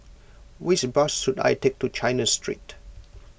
which bus should I take to China Street